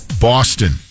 Boston